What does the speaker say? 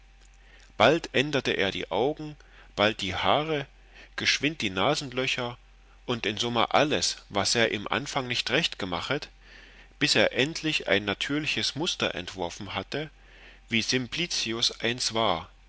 bald änderte er die augen bald die haare geschwind die nasenlöcher und in summa alles was er im anfang nicht recht gemachet bis er endlich ein natürliches muster entworfen hatte wie simplicius eins war